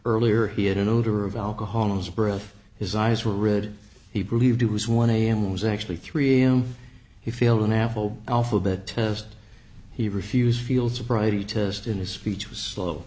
earlier he had an odor of alcohol as a breath his eyes were red he believed it was one am was actually three am he failed an apple alphabet test he refused field sobriety test in his speech was s